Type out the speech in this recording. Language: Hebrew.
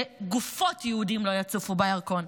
שגופות יהודים לא יצופו בירקון.